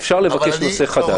אפשר לבקש נושא חדש.